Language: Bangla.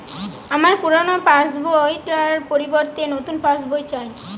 আমার পুরানো পাশ বই টার পরিবর্তে নতুন পাশ বই চাই